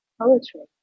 poetry